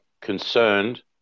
concerned